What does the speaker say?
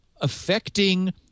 affecting